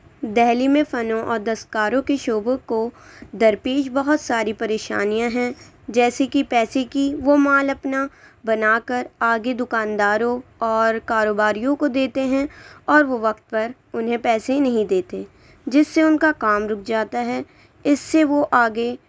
دہلی میں فن اور دستکاروں کے شعبوں کو درپیش بہت ساری پریشانیاں ہیں جیسے کہ پیسے کی وہ مال اپنا بنا کر آگے دکانداروں اور کاروباریوں کو دیتے ہیں اور وہ وقت پر انہیں پیسے نہیں دیتے جس سے ان کا کام رک جاتا ہے اس سے وہ آ گے